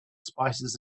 spices